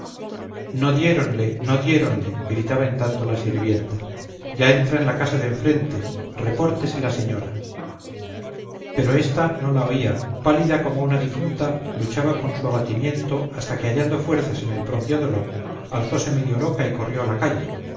no diéronle no diéronle gritaba en tanto la sirvienta ya entra en la casa de enfrente repórtese la señora pero ésta no la oía pálida como una difunta luchaba con su abatimiento hasta que hallando fuerzas en el propio dolor alzose medio loca y corrió a la calle